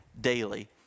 daily